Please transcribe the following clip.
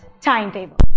timetable